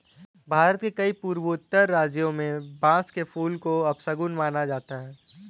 भारत के कई पूर्वोत्तर राज्यों में बांस के फूल को अपशगुन माना जाता है